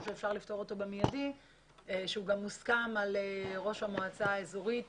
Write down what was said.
שאפשר לפתור אותו במיידי שהוא גם מוסכם על ראש המועצה האזורית